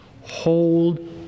Hold